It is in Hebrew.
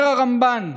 אומר הרמב"ן: